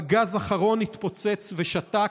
"פגז אחרון התפוצץ ושתק",